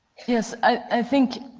yes, i think